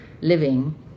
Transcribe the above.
living